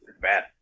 bad